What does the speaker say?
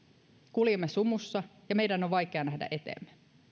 kuljemme sumussa ja meidän on vaikea nähdä eteemme